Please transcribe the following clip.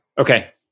Okay